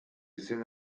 izen